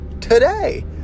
today